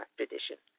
tradition